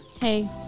Hey